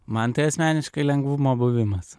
man tai asmeniškai lengvumo buvimas